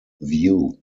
view